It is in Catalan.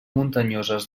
muntanyoses